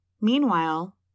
Meanwhile